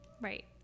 Right